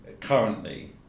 currently